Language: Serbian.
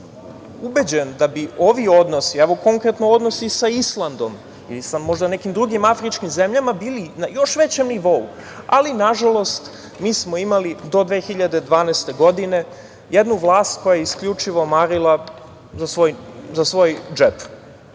ubeđen da bi ovi odnosi, konkretno odnosi sa Islandom i sa možda nekim drugim afričkim zemljama bili na još većem nivou, ali, nažalost, mi smo imali do 2012. godine jednu vlast koja je isključivo marila za svoj džep,